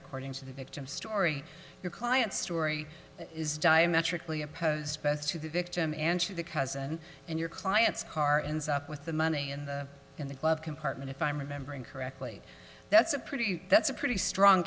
according to the victim's story your client story is diametrically opposed to the victim and the cousin in your client's caryn's up with the money in the glove compartment if i'm remembering correctly that's a pretty that's a pretty strong